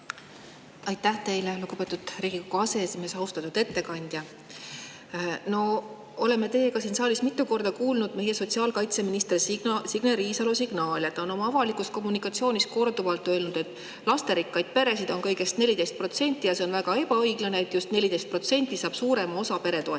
Aitäh teile, lugupeetud Riigikogu aseesimees! Austatud ettekandja! No me oleme teiega siin saalis mitu korda kuulnud meie sotsiaalkaitseministri Signe Riisalo signaale. Ta on oma avalikus kommunikatsioonis korduvalt öelnud, et lasterikkaid peresid on kõigest 14% ja see on väga ebaõiglane, et just 14% saab suurema osa peretoetustest.